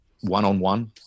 one-on-one